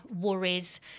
worries